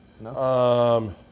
No